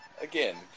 again